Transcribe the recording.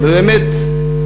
ובאמת,